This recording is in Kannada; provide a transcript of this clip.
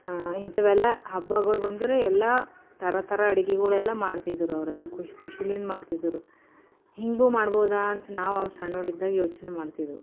ಇಂಥವೆಲ್ಲ ಹಬ್ಬಗಳು ಬಂದ್ರೆ ಎಲ್ಲ ಥರಥರ ಅಡುಗೆಗಳು ಮಾಡ್ತಿದ್ದರು ಅವರೆಲ್ಲ ಖುಷಿ ಖುಷಿಯಿಂದ ಮಾಡ್ತಿದ್ದರು ಹೀಗೂ ಮಾಡ್ಬೋದ ಅಂತ ನಾವು ಆವಾಗ ಸಣ್ಣವರಿದ್ದಾಗ ಯೋಚನೆ ಮಾಡ್ತಿದ್ದೆವು